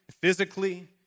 physically